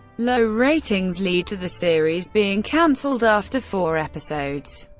low ratings lead to the series being cancelled after four episodes.